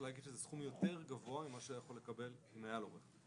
זה סכום יותר גבוה ממה שהיה יכול לקבל אם היה לו רכב.